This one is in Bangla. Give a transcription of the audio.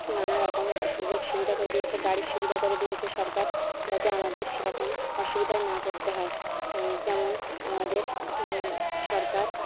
নানা রকম সুযোগ সুবিধা করে দিয়েছে গাড়ির সুবিধা করে দিয়েছে সরকার যাতে আমাদের সেরকম অসুবিধায় না পড়তে হয় যেমন আমাদের সরকার